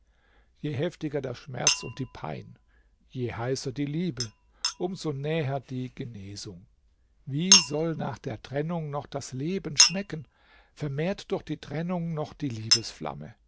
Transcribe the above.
je heftiger der schmerz und die pein je heißer die liebe um so näher die genesung wie soll nach der trennung noch das leben schmecken vermehrt doch die trennung noch die